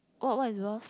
what what is yours